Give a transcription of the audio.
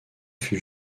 fut